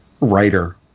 writer